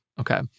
Okay